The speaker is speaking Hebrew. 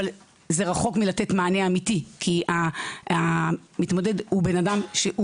אבל זה רחוק מלתת מענה אמיתי כי המתמודד הוא בן אדם שהוא